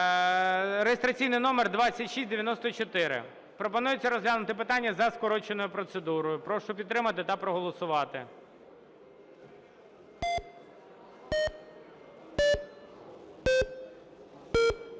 (реєстраційний номер 2694). Пропонується розглянути питання за скороченою процедурою. Прошу підтримати та проголосувати.